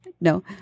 No